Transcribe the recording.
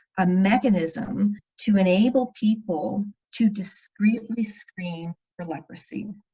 a mechanism to enable people to discreetly scream for leprosy.